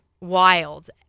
wild